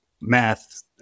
math